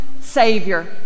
Savior